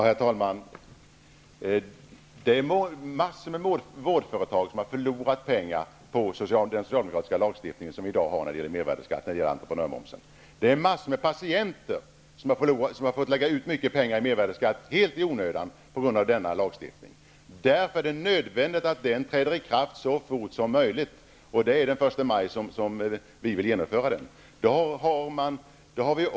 Herr talman! Det är många vårdföretag som har förlorat pengar på den socialdemokratiska lagstiftning som vi i dag har när det gäller mervärdesskatt och entreprenörmoms. Mängder av patienter har fått lägga ut mycket pengar i mervärdesskatt helt i onödan på grund av denna lagstiftning. Därför är det nödvändigt att den nya lagstiftningen träder i kraft så fort som möjligt, och vi vill att den träder i kraft den 1 maj.